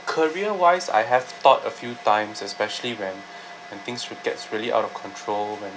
career-wise I have thought a few times especially when when things would gets really out of control when